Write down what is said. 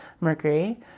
Mercury